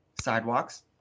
sidewalks